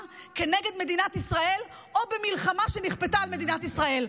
נגד מדינת ישראל או במלחמה שנכפתה על מדינת ישראל.